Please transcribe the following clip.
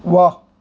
वा